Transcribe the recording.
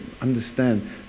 understand